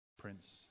Prince